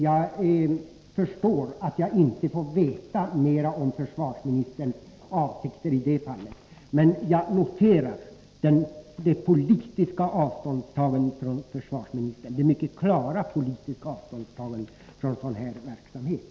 Jag förstår att jag inte får veta mer om försvarsministerns avsikter i det fallet, men jag noterar försvarsministerns mycket klara politiska avståndstagande från sådan här verksamhet.